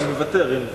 לא, אני מוותר.